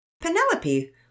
Penelope